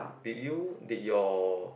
did you did your